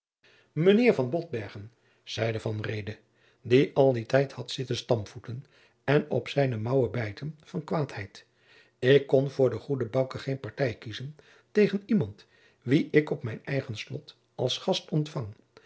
botbergen zeide van reede die al dien tijd had zitten stampvoeten en op zijne mouwen bijten van kwaadheid ik kon voor den goede bouke geene partij kiezen tegen iemand wien ik op mijn eigen slot als gast ontfang